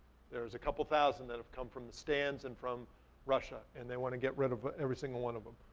there is a couple thousand that have come from the stands and from russia. and they wanna get rid of every single one of em.